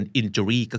injury